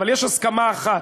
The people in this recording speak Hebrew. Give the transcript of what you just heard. אבל יש הסכמה אחת: